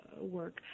work